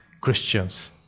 Christians